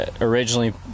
originally